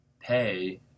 pay